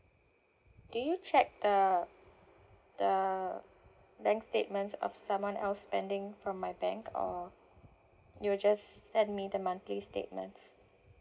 do you check uh the bank statements of someone else spending from my bank or you'll just send me the monthly statements